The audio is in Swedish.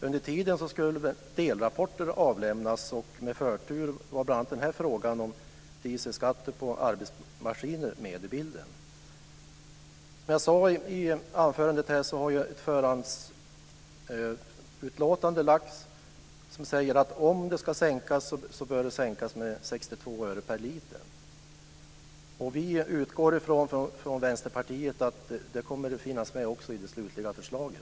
Under tiden skulle delrapporter avlämnas, och bl.a. frågan om dieselskatter för arbetsmaskiner var med bland dem som hade förtur. Som jag sagt i mitt anförande har det i ett förhandsutlåtande uttalats att om skatten ska sänkas bör den sänkas med 62 öre per liter. Vi i Vänsterpartiet utgår från att detta kommer att finnas med i det slutliga förslaget.